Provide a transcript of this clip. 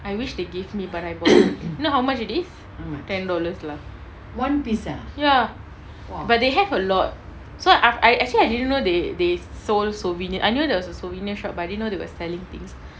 I wish they give me but I bought you know how much it is ten dollars lah ya but they have a lot so I I actually I didn't know they they sold souvenirs I knew there was a souvenir shop but I didn't know they were selling this